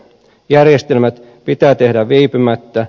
järjestelmät pitää tehdä viipymättä